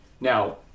Now